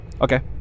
Okay